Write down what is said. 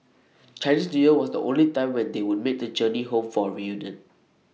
Chinese New Year was the only time when they would make the journey home for A reunion